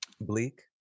bleak